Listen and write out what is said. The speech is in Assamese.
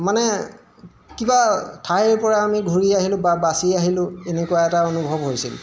মানে কিবা ঠাইৰপৰা আমি ঘূৰি আহিলোঁ বা বাচি আহিলোঁ এনেকুৱা এটা অনুভৱ হৈছিল